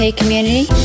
community